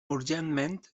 urgentment